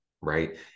right